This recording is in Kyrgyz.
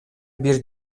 бир